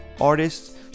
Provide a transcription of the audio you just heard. artists